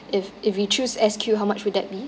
if if we choose S_Q how much would that be